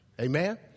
Amen